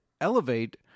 elevate